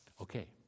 Okay